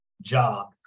Job